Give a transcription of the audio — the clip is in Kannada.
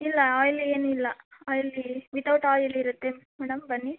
ಇಲ್ಲ ಆಯಿಲ್ ಏನೂ ಇಲ್ಲ ಅಲ್ಲಿ ವಿತೌಟ್ ಆಯಿಲ್ ಇರುತ್ತೆ ಮೇಡಮ್ ಬನ್ನಿ